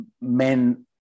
men